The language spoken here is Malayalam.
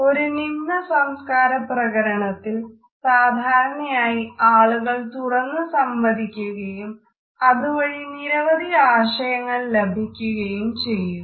ഒരു നിമ്ന സംസ്കാര പ്രകരണത്തിൽ സാധാരണയായി ആളുകൾ തുറന്ന് സംവദിക്കുകയും അതുവഴി നിരവധി ആശയങ്ങൾ ലഭിക്കുകയും ചെയ്യുന്നു